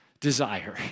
desire